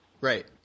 Right